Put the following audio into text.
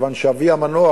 מכיוון שאבי המנוח,